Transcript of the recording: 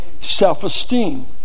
self-esteem